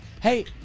hey